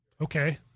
Okay